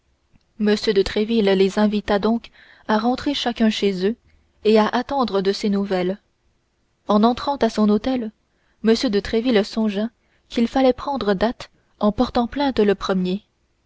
m de tréville les invita donc à rentrer chacun chez eux et à attendre de ses nouvelles en entrant à son hôtel m de tréville songea qu'il fallait prendre date en portant plainte le premier